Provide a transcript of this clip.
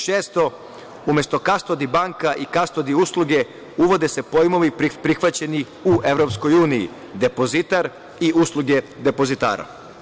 Šesto, umesto kastodi banka i kastodi usluge uvode se pojmovi prihvaćeni u EU - depozitar i usluge depozitara.